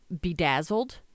Bedazzled